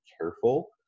careful